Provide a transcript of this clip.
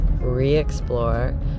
re-explore